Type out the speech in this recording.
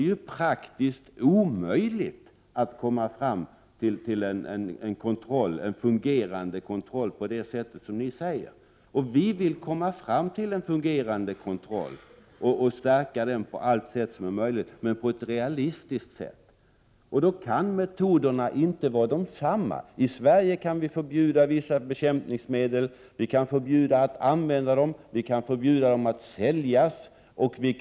Rent praktiskt är det omöjligt att få en fungerande kontroll, om man gör som ni säger. Men vi vill komma fram till en fungerande kontroll. I alla avseenden stöder vi arbetet för att få en sådan till stånd, men på ett realistiskt sätt. Metoderna kan således inte vara desamma. I Sverige kan vi förbjuda vissa bekämpningsmedel. Vi kan förbjuda både användningen och försäljningen av sådana här medel.